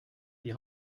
die